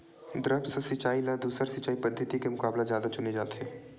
द्रप्स सिंचाई ला दूसर सिंचाई पद्धिति के मुकाबला जादा चुने जाथे